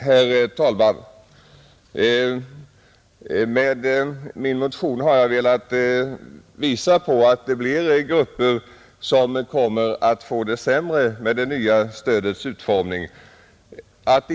Herr talman! Jag har med min motion velat visa på att en del grupper kommer att få det sämre med den föreslagna utformningen av stödet.